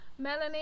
Melanie